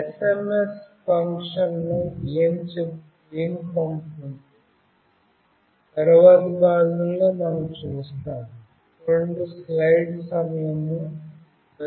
SMS ఫంక్షన్ను ఏమి పంపుతుంది తరువాతి భాగంలో మనము చూస్తాము